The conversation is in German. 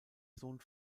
sohn